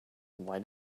why